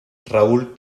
raúl